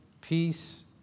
peace